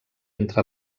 entre